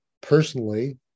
personally